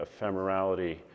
ephemerality